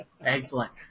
Excellent